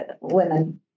women